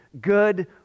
good